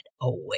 away